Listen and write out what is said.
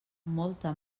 molta